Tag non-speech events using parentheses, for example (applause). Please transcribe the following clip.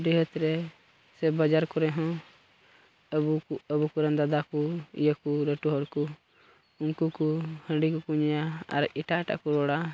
ᱰᱤᱦᱟᱹᱛ ᱨᱮ ᱥᱮ ᱵᱟᱡᱟᱨ ᱠᱚᱨᱮ ᱦᱚᱸ (unintelligible) ᱟᱵᱚ ᱠᱚᱨᱮᱱ ᱫᱟᱫᱟ ᱠᱚ ᱤᱭᱟᱹ ᱠᱚ ᱞᱟᱹᱴᱩ ᱦᱚᱲ ᱠᱚ ᱩᱱᱠᱩ ᱠᱚ ᱦᱟᱺᱰᱤ ᱠᱚᱠᱚ ᱧᱩᱭᱟ ᱟᱨ ᱮᱴᱟᱜ ᱮᱴᱟᱜ ᱠᱚ ᱨᱚᱲᱟ